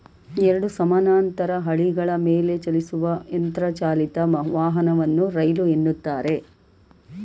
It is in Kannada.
ಎರಡು ಸಮಾನಾಂತರ ಹಳಿಗಳ ಮೇಲೆಚಲಿಸುವ ಯಂತ್ರ ಚಾಲಿತ ವಾಹನವನ್ನ ರೈಲು ಎನ್ನುತ್ತಾರೆ